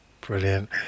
Brilliant